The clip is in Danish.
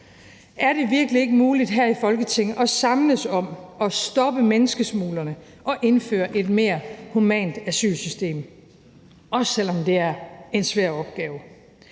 Er det virkelig ikke muligt her i Folketinget at samles om at stoppe menneskesmuglerne og indføre et mere humant asylsystem, også selv om det er en svær opgave?